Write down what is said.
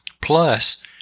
plus